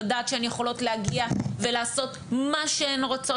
לדעת שהן יכולות להגיע ולעשות מה שהן רוצות,